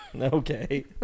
Okay